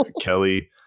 Kelly